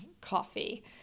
coffee